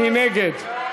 מי נגד?